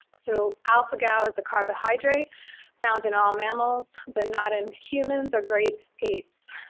so alpha-gal is a carbohydrate found in all mammals but not in humans or great apes.